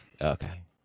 Okay